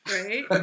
right